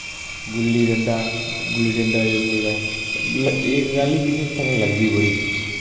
गुल्ली डंडा गुल्ली डंडा जिसलै मतलव इक गल्ल ही उस कन्नै लगदी बड़ी ही